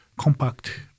compact